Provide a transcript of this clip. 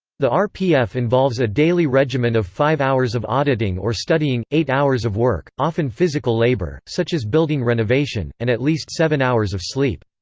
the rpf involves a daily regimen of five hours of auditing or studying, eight hours of work, often physical labor, such as building renovation, and at least seven hours of sleep.